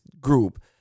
group